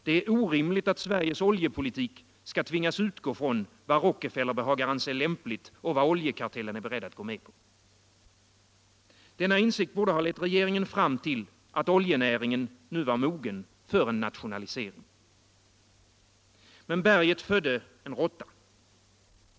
Det är orimligt att Sveriges oljepolitik skall tvingas utgå från vad Rockefeller behagar anse lämpligt och vad oljekartellen är beredd att gå med på. Denna insikt borde ha lett regeringen fram till att oljenäringen nu var mogen för en nationalisering. Men berget födde en råtta.